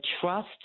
trust